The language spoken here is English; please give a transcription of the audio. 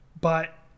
but-